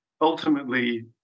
Ultimately